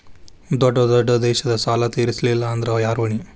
ದೊಡ್ಡ ದೊಡ್ಡ ದೇಶದ ಸಾಲಾ ತೇರಸ್ಲಿಲ್ಲಾಂದ್ರ ಯಾರ ಹೊಣಿ?